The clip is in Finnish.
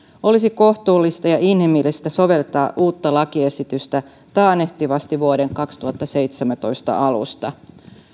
olisi kohtuullista ja inhimillistä soveltaa uutta lakiesitystä taannehtivasti vuoden kaksituhattaseitsemäntoista alusta